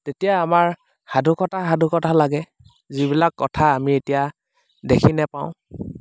তেতিয়া আমাৰ সাধুকথা সাধুকথা লাগে যিবিলাক কথা আমি এতিয়া দেখি নেপাওঁ